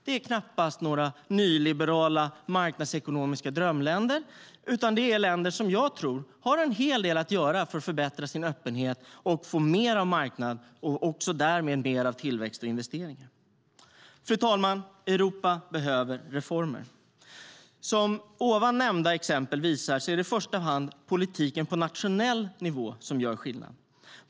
Det är knappast några nyliberala marknadsekonomiska drömländer, utan det är länder som jag tror har en hel del att göra för att förbättra sin öppenhet och få mer av marknad och därmed också mer av tillväxt och investeringar. Fru talman! Europa behöver reformer. Som ovan nämnda exempel visar är det i första hand politiken på nationell nivå som gör skillnad.